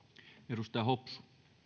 edustaja hopsu